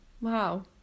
Wow